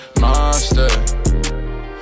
Monster